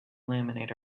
laminate